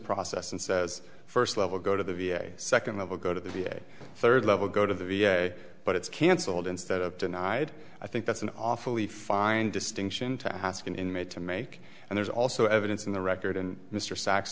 process and says first level go to the v a second level go to the v a third level go to the v a but it's cancelled instead of denied i think that's an awfully fine distinction to ask an inmate to make and there's also evidence in the record and mr sacks